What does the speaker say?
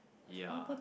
ya